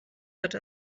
hatte